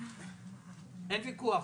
אין ויכוח?